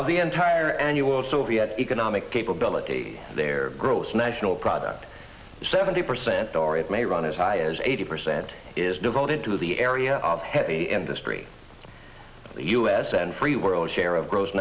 of the entire annual soviet economic capability their gross national product seventy percent or it may run as high as eighty percent is devoted to the area of heavy industry the u s and free world share of gross